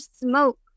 smoke